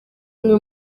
bamwe